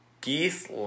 geese